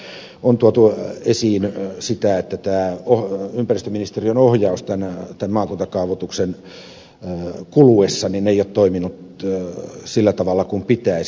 täällä on tuotu esiin sitä että ympäristöministeriön ohjaus tämän maakuntakaavoituksen kuluessa ei ole toiminut sillä tavalla kuin pitäisi